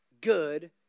good